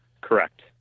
Correct